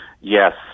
Yes